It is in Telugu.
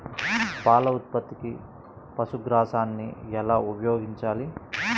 పాల ఉత్పత్తికి పశుగ్రాసాన్ని ఎలా ఉపయోగించాలి?